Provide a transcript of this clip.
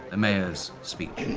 ah mayor's speech.